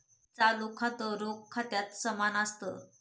चालू खातं, रोख खात्या समान असत